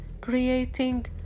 creating